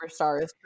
Superstars